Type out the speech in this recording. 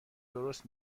درست